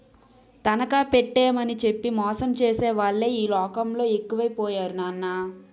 తనఖా పెట్టేమని చెప్పి మోసం చేసేవాళ్ళే ఈ లోకంలో ఎక్కువై పోయారు నాన్నా